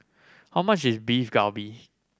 how much is Beef Galbi